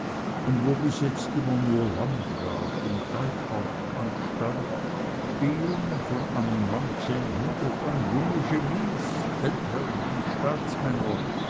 und wo bis jetzt immer nur landrat oder deichhauptmann stand stehen von anno an junge genies feldherrn und staatsmänner